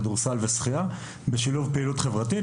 כדורסל ושחייה בשילוב פעילות חברתית,